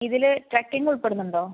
ഇതില് ട്രെക്കിങ്ങ് ഉൾപെടുന്നുണ്ടൊ